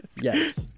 Yes